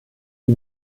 die